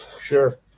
Sure